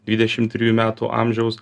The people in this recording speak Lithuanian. dvidešim trijų metų amžiaus